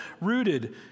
rooted